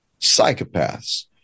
psychopaths